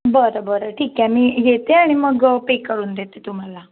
बरं बरं ठीक आहे मी येते आणि मग पे करून देते तुम्हाला